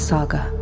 Saga